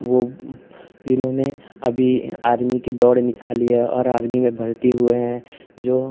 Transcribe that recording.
वह जिन्होंने अभी आर्मी की दौड़ निकाली है और आर्मी में भर्ती हुए हैं जो